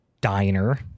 diner